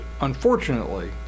unfortunately